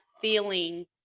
feeling